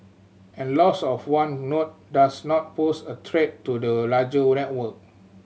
and loss of one node does not pose a threat to the larger network